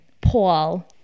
Paul